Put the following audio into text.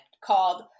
called